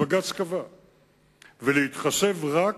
בג"ץ קבע,